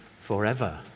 forever